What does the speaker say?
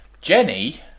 Jenny